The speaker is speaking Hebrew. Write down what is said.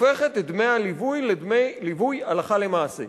הופכת את דמי הליווי לדמי ליווי הלכה למעשה,